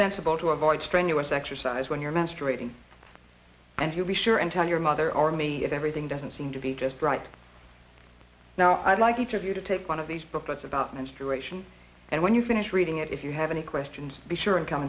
sensible to avoid strenuous exercise when you're menstruating and you'll be sure and tell your mother army if everything doesn't seem to be just right now i'd like each of you to take one of these booklets about menstruation and when you finish reading it if you have any questions be sure and come